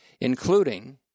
including